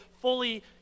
fully